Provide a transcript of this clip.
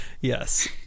Yes